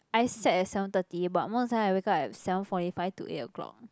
I set at seven thirty but most of the time I wake up at seven forty five to eight o-clock